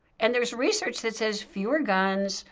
and there's research that says fewer guns,